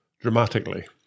dramatically